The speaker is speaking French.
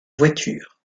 voiture